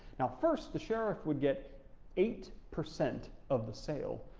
now first, the sheriff would get eight percent of the sale,